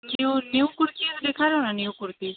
इहो न्यू कुर्तियूं ॾेखारियो न न्यू कुर्तियूं